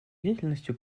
деятельностью